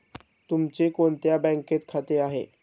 तुमचे कोणत्या बँकेत खाते आहे?